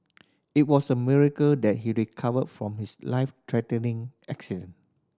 it was a miracle that he recovered from his life threatening accident